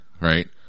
right